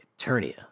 Eternia